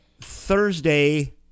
Thursday